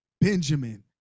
benjamin